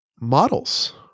models